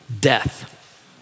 death